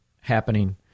happening